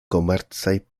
komercaj